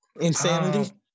Insanity